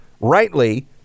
rightly